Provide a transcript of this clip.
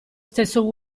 stesso